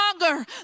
longer